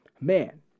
man